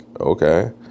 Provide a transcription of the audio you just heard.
okay